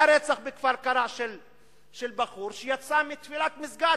היה רצח בכפר-קרע של בחור שיצא מתפילה במסגד.